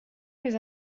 més